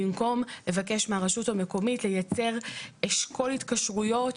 במקום לבקש מהרשות המקומית לייצר אשכול התקשרויות